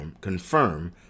confirm